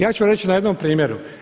Ja ću reći na jednom primjeru.